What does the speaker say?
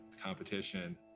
competition